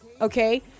okay